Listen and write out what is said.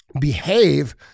behave